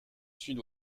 sud